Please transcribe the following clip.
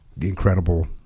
incredible